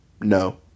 no